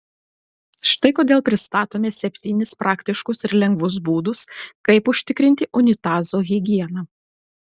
štai kodėl pristatome septynis praktiškus ir lengvus būdus kaip užtikrinti unitazo higieną